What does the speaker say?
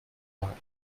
war